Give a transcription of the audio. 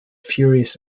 furious